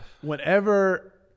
whenever